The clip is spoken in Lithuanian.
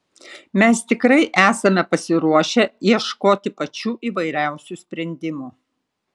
mes tikrai esame pasiruošę ieškoti pačių įvairiausių sprendimų